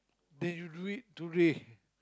then you do it today